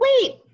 wait